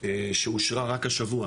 שאושרה רק השבוע